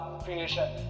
creation